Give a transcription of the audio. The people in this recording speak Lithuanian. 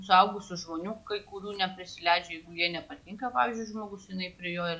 suaugusių žmonių kai kurių neprisileidžia jeigu jie nepatinka pavyzdžiui žmogus jinai prie jo ir